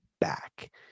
back